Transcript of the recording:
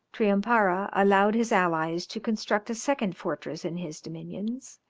triumpara allowed his allies to construct a second fortress in his dominions,